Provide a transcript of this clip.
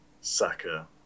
Saka